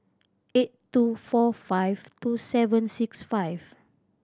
eight two four five two seven six five